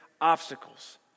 obstacles